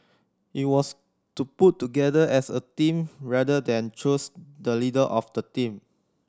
it was to put together as a team rather than choose the leader of the team